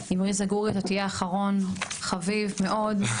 אמרי זגורי, אתה תהיה אחרון חביב מאוד.